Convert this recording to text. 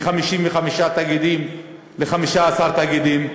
מ-55 תאגידים ל-15 תאגידים.